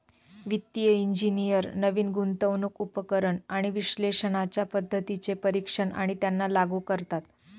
वित्तिय इंजिनियर नवीन गुंतवणूक उपकरण आणि विश्लेषणाच्या पद्धतींचे परीक्षण आणि त्यांना लागू करतात